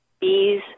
bees